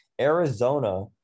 Arizona